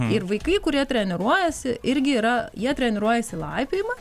ir vaikai kurie treniruojasi irgi yra jie treniruojasi laipiojimą